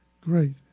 Great